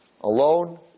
alone